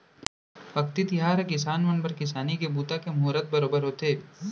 अक्ती तिहार ह किसान मन बर किसानी के बूता के मुहरत बरोबर होथे